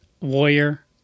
Warrior